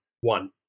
one